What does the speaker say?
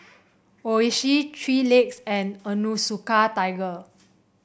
Oishi Three Legs and Onitsuka Tiger